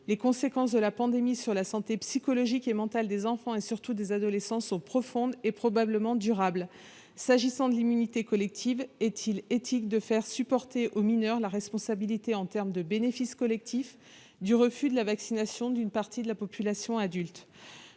Les conséquences de la pandémie sur la santé psychologique et mentale des enfants, et surtout des adolescents, sont profondes et probablement durables. » Il concluait ainsi :« S'agissant de l'immunité collective, est-il éthique de faire porter aux mineurs la responsabilité, en termes de bénéfice collectif, du refus de la vaccination d'une partie de la population adulte ?